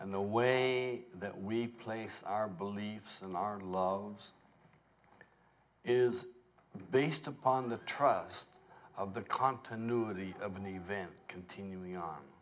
and the way that we place our beliefs and our loves is based upon the trust of the continuity of an event continuing on